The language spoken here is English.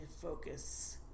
focus